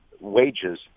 Wages